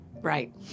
Right